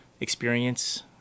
experience